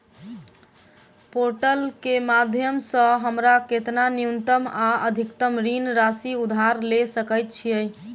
Portal केँ माध्यम सऽ हमरा केतना न्यूनतम आ अधिकतम ऋण राशि उधार ले सकै छीयै?